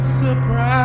surprise